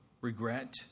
regret